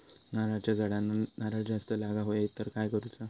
नारळाच्या झाडांना नारळ जास्त लागा व्हाये तर काय करूचा?